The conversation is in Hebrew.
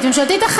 ממשלתית.